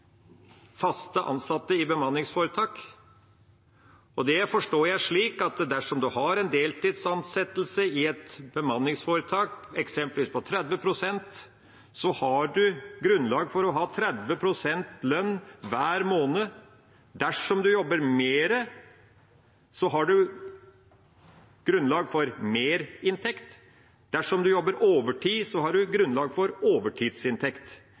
bemanningsforetak. Det forstår jeg slik at dersom man har en deltidsansettelse i et bemanningsforetak, eksempelvis på 30 pst., har man grunnlag for å ha 30 pst. lønn hver måned. Dersom man jobber mer, har man grunnlag for merinntekt. Dersom man jobber overtid, har man grunnlag for overtidsinntekt.